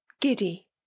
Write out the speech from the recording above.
giddy